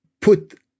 put